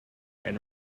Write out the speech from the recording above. and